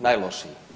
najlošiji.